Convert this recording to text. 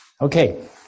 Okay